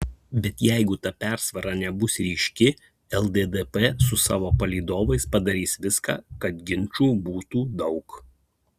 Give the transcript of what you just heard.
bet jeigu ta persvara nebus ryški lddp su savo palydovais padarys viską kad ginčų būtų daug